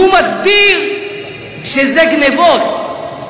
והוא מסביר שזה גנבות.